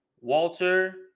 Walter